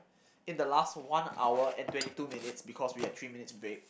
in the last one hour and twenty two minutes because we had three minutes break